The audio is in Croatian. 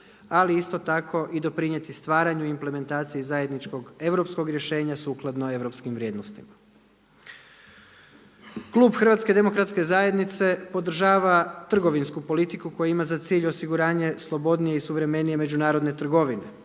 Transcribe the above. ali isto tako i doprinijeti stvaranju implementacije zajedničkog europskog rješenja sukladno europskim vrijednostima. Klub HDZ-a podržava trgovinsku politiku koja ima za cilj osiguranje slobodnije i suvremenije međunarodne trgovine,